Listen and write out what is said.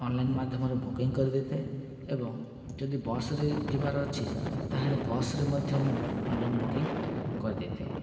online ମାଧ୍ୟମରେ booking କରିଦେଇଥାଏ ଏବଂ ଯଦି ବସ୍ରେ ଯିବାର ଅଛି ତା'ହେଲେ ବସ୍ରେ ମଧ୍ୟ ମୁଁ ଅନଲାଇନ୍ ବୁକିଙ୍ଗ କରିଦେଇଥାଏ